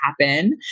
happen